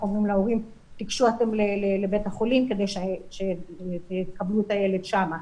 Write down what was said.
אומרים להורים 'תיגשו לבית החולים כדי שתקבלו את הילד שם',